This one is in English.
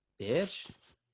bitch